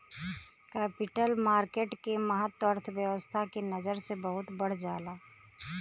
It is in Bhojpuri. कैपिटल मार्केट के महत्त्व अर्थव्यस्था के नजर से बहुत बढ़ जाला